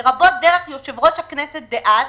לרבות דרך יושב-ראש הכנסת דאז,